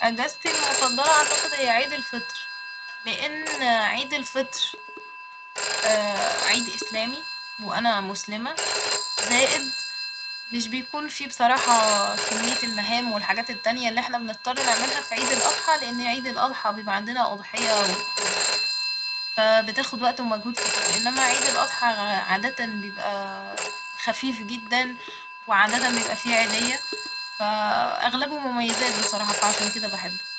اجازتي المفضلة أعتقد هي عيد الفطر ، لإن عيد الفطر عيد إسلامي وأنا مسلمة ، زائد مش بيكون في بصراحة كمية المهام والحاجات التانية اللي احنا بنضطر نعملها في عيد الأضحى ، لإن عيد الأضحى بيبقى عندنا أضحية ودبيحة فبتاخد وقت ومجهود كتير إنما عيد الاضحى عادة بيبقى خفيف جدا وعادة بيبقى في عيدية فأغلبه مميزات بصراحة فعشان كده بحبه